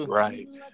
right